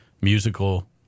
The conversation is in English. musical